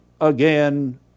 again